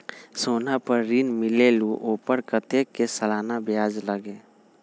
सोना पर ऋण मिलेलु ओपर कतेक के सालाना ब्याज लगे?